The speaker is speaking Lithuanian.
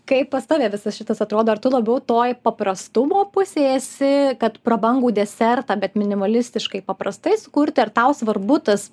kaip pas tave visas šitas atrodo ar tu labiau toji paprastumo pusėj esi kad prabangų desertą bet minimalistiškai paprastai sukurti ar tau svarbu tas